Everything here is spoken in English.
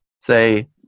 Say